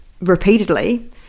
repeatedly